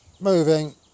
Moving